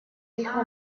hijo